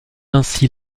ainsi